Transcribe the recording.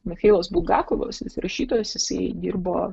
michailas bulgakovas rašytojas jisai dirbo